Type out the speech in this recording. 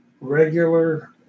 regular